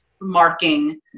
marking